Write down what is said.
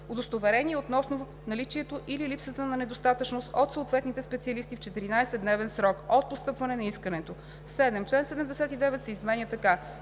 удостоверение относно наличието или липсата на недостатъчност от съответните специалисти в 14-дневен срок от постъпване на искането.“ 7. Член 79 се изменя така: